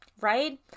right